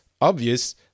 obvious